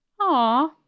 Aw